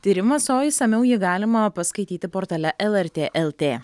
tyrimas o išsamiau jį galima paskaityti portale lrt lt